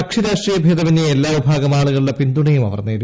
കക്ഷി രാഷ്ട്രീയ ഭേദമെന്യേ എല്ലാ വിഭാഗം ആളുകളുടെ പിന്തുണയും അവർ നേടി